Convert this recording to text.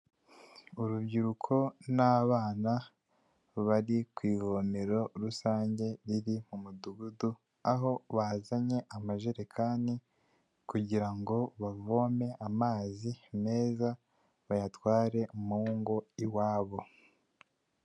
Urubyiruko n'abana bari ku ivomero rusange riri mu mudugudu, aho bazanye amajerekani kugira ngo bavome amazi meza bayatware mu ngo iwabo.